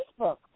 Facebook